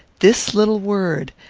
this little word,